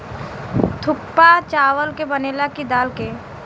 थुक्पा चावल के बनेला की दाल के?